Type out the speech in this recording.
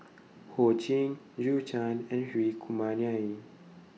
Ho Ching Zhou Can and Hri Kumar Nair